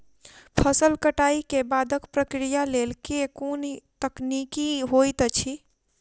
फसल कटाई केँ बादक प्रक्रिया लेल केँ कुन तकनीकी होइत अछि?